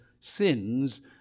sins